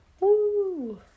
Woo